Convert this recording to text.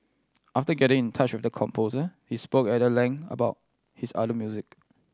after getting in touch with the composer they spoke at length about his other music